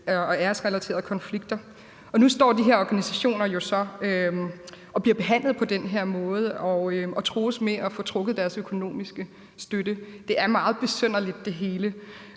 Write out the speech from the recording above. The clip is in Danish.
og æresrelaterede konflikter. Nu står de her organisationer jo så og bliver behandlet på den her måde og trues med at få trukket deres økonomiske støtte. Det hele er meget besynderligt. Jeg vil